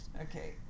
Okay